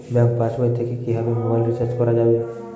Bank পাশবই থেকে কিভাবে মোবাইল রিচার্জ করা যাবে?